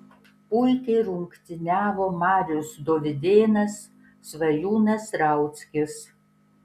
puikiai rungtyniavo marius dovydėnas svajūnas rauckis